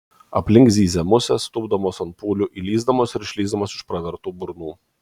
aplink zyzė musės tūpdamos ant pūlių įlįsdamos ir išlįsdamos iš pravertų burnų